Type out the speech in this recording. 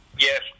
Yes